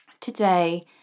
today